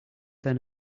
than